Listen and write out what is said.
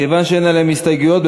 כיוון שאין עליהם הסתייגות.